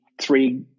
three